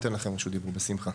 ניתן לכם רשות דיבור, בשמחה.